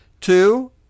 Two